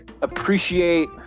appreciate